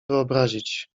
wyobrazić